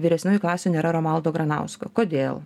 vyresniųjų klasių nėra romualdo granausko kodėl